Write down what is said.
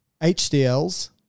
HDLs